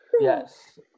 yes